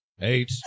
eight